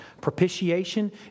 Propitiation